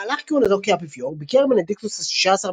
במהלך כהונתו כאפיפיור ביקר בנדיקטוס השישה עשר